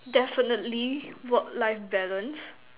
definitely work life balance